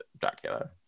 dracula